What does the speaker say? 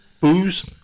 booze